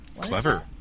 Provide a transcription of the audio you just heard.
Clever